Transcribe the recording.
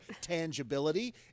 tangibility